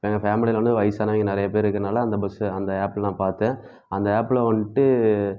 எங்கள் ஃபேமிலியில வந்து வயசானவிங்க நிறையா பேர் இருக்கிறனால அந்த பஸ்ஸு அந்த ஆப்பில நான் பார்த்தேன் அந்த ஆப்பில வந்துட்டு